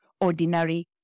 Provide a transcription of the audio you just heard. ordinary